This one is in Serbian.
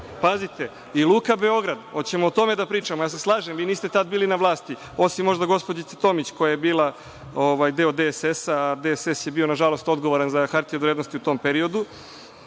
Pazite i „Luka Beograd“, hoćemo o tome da pričamo? Ja se slažem vi niste bili tada na vlasti, osim možda gospođice Tomić, koja je bila deo DSS, a DSS je bio nažalost odgovoran za hartije od vrednosti u tom periodu.